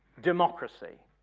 democracy.